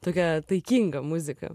tokia taikinga muzika